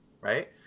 right